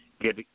get